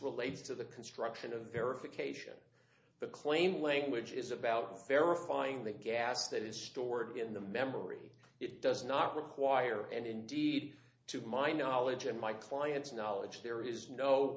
relates to the construction of verification the claim language is about verifying the gas that is stored in the memory it does not require and indeed to my knowledge in my client's knowledge there is no